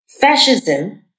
Fascism